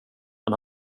men